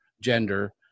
gender